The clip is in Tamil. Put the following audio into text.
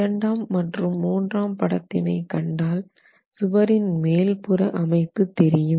இரண்டாம் மற்றும் மூன்றாம் படத்தினை கண்டால் சுவரின் மேல் புற அமைப்பு தெரியும்